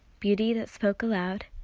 beauty, that spoke aloud,